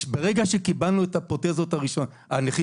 ברגע שקיבלנו את הפרוטזות הראשונות כשהנכים